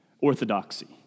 orthodoxy